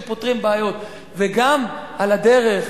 שפותרים בעיות וגם על הדרך,